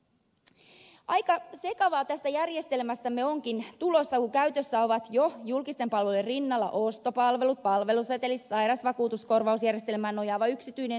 aika sekava tästä järjestelmästämme onkin tulossa kun käytössä ovat jo julkisten palveluiden rinnalla ostopalvelut palveluseteli sairausvakuutuskorvausjärjestelmään nojaava yksityinen sektori ja niin edelleen